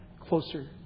closer